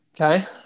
Okay